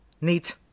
neat